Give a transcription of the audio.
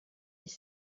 dix